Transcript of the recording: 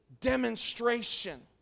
demonstration